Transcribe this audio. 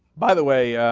by the way